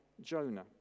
Jonah